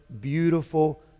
beautiful